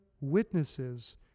witnesses